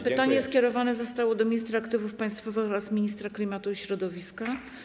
Pytanie skierowane zostało do ministra aktywów państwowych oraz ministra klimatu i środowiska.